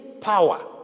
power